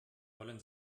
wollen